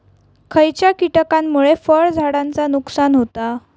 खयच्या किटकांमुळे फळझाडांचा नुकसान होता?